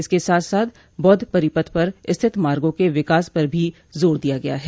इसके साथ साथ बौद्ध परिपथ पर स्थित मार्गो क विकास पर भी जोर दिया गया है